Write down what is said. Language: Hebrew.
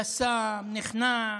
יס"מ נכנס,